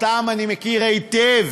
שאותן אני מכיר היטב